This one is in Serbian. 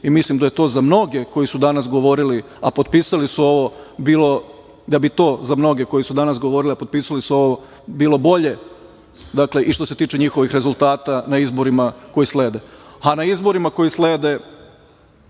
i mislim da bi to za mnoge koji su danas govorili, a potpisali su ovo bilo bolje i što se tiče njihovih rezultata na izborima koji slede. Na izborima koji slede